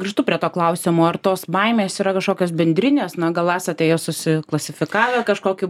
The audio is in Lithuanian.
grįžtu prie to klausimo ar tos baimės yra kažkokios bendrinės na gal esate jas susiklasifikavę kažkokiu būdu